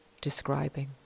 describing